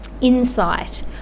insight